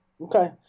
Okay